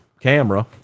camera